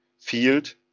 field